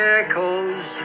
echoes